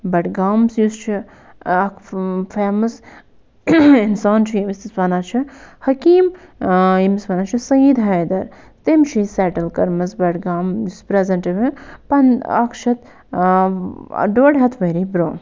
بڈگامَس یُس چھُ اکھ فٮ۪مَس اِنسان چھُ ییٚمِس أسۍ وَنان چھِ حٔکیٖم ییٚمِس وَنان چھِ سعیِد ہٮ۪در تٔمۍ چھِ یہِ سٮ۪ٹَل کٔرمٕژ بڈگام یُس پرٛٮ۪زینٛٹ پَنُن اکھ چھُ اَتھ ڈۄڈ ہَتھ ؤری برٛونٛہہ